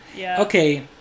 okay